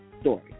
story